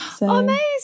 Amazing